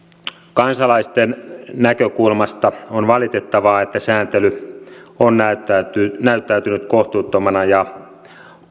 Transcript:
kansalaisten näkökulmasta on valitettavaa että sääntely on näyttäytynyt näyttäytynyt kohtuuttomana ja